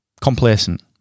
Complacent